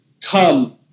come